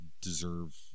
deserve